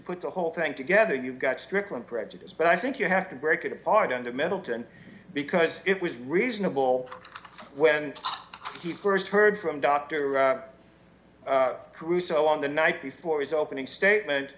put the whole thing together you've got strickland prejudice but i think you have to break it apart under middleton because it was reasonable when he st heard from doctor caruso on the night before his opening statement